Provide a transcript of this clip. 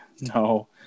No